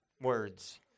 words